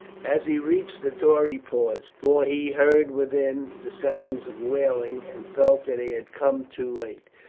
as he reached the door he paused, for he heard within the sounds of wailing, and felt that he had come too late.